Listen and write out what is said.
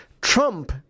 Trump